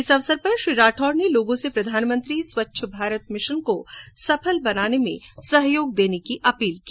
इस अवसर पर श्री राठौड़ ने लोगों से प्रधानमंत्री स्वच्छ भारत मिशन को सफल बनाने में सहयोग देने की अपील की